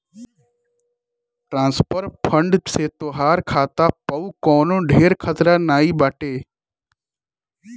transfer fund से तोहार खाता पअ कवनो ढेर खतरा नाइ बाटे